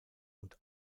und